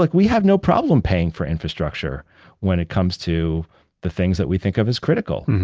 like we have no problem paying for infrastructure when it comes to the things that we think of as critical.